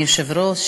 אדוני היושב-ראש,